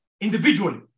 individually